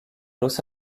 los